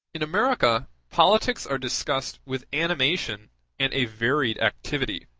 in america politics are discussed with animation and a varied activity,